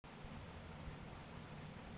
যে ছব টাকার উপর ফিরত রিলেটিভ রিটারল্স আসে